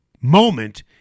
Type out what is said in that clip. moment